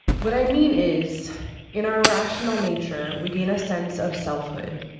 what i mean is in our rational nature, we gain a sense of selfhood.